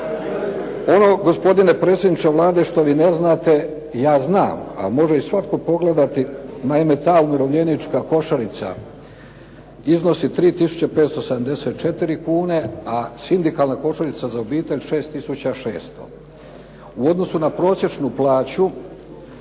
Ono gospodine predsjedniče Vlade što vi ne znate ja znam a može i svatko pogledati. Naime, ta umirovljenička košarica iznosi 3 tisuće 574 kuna a sindikalna košarica za obitelj 6 tisuća 600. U odnosu na prosječnu plaću